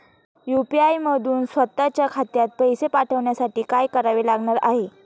UPI मधून स्वत च्या खात्यात पैसे पाठवण्यासाठी काय करावे लागणार आहे?